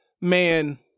man